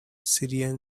syrian